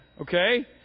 Okay